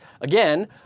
again